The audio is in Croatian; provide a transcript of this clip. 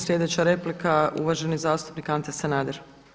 Sljedeća replika uvaženi zastupnik Ante Sanader.